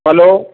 hello